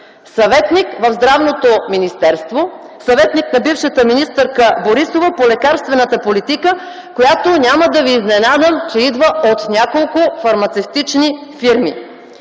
съветник в Здравното министерство, съветник на бившата министърка Борисова по лекарствената политика, която, няма да ви изненадам като кажа, че идва от няколко фармацевтични фирми.